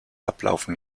ablaufen